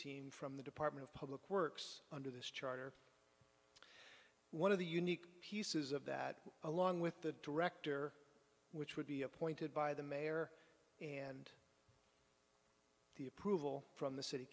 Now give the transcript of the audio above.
team from the department of public works under this charter one of the unique pieces of that along with the director which would be appointed by the mayor and the approval from the city